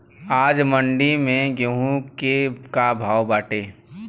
आज मंडी में गेहूँ के का भाव बाटे?